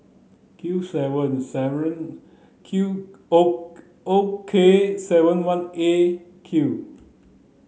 Q seven seven Q O O K seven one A Q